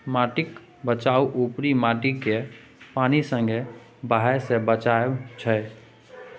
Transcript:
माटिक बचाउ उपरी माटिकेँ पानि संगे बहय सँ बचाएब छै